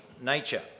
nature